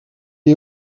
est